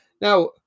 Now